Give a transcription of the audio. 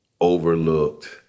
overlooked